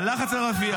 הלחץ על רפיח.